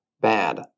bad